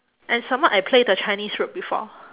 and some more I play the chinese route before